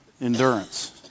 endurance